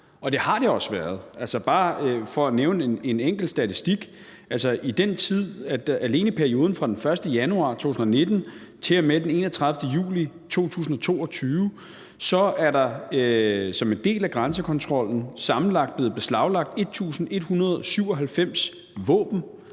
Og det har det også været. Bare for at nævne en enkelt statistik er der alene i perioden fra den 1. januar 2019 til og med den 31. juli 2022 som en del af grænsekontrollen sammenlagt blevet beslaglagt 1.197 våben,